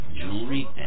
jewelry